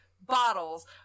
Bottles